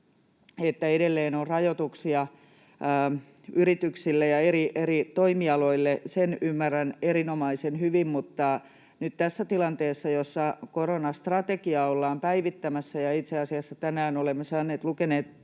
että edelleen on rajoituksia yrityksille ja eri toimialoille, sen ymmärrän erinomaisen hyvin. Mutta nyt tässä tilanteessa, jossa koronastrategiaa ollaan päivittämässä ja itse asiassa tänään olemme saaneet lukea